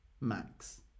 Max